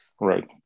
Right